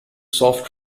soft